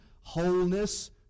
wholeness